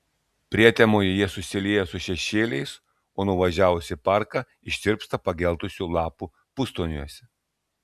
prietemoje ji susilieja su šešėliais o nuvažiavus į parką ištirpsta pageltusių lapų pustoniuose